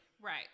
Right